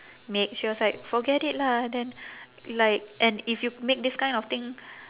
make she was like forget it lah then like and if you make this kind of thing